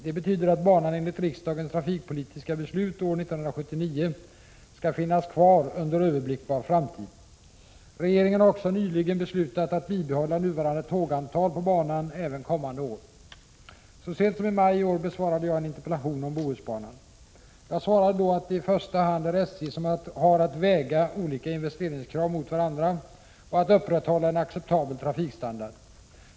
Det betyder att banan enligt riksdagens trafikpolitiska beslut år 1979 skall finnas kvar under överblickbar framtid. Regeringen har också nyligen beslutat att bibehålla nuvarande tågantal på banan även kommande år. Så sent som i maj i år besvarade jag en interpellation om Bohusbanan. Jag svarade då att det i första hand är SJ som har att väga olika investeringskrav mot varandra och att upprätthålla en acceptabel trafikstandard.